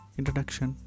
Introduction